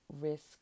risk